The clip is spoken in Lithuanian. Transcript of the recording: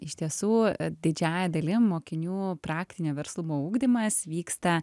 iš tiesų didžiąja dalim mokinių praktinio verslumo ugdymas vyksta